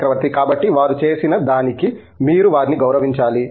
చక్రవర్తి కాబట్టి వారు చేసిన దానికి మీరు వారిని గౌరవించాలి